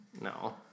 No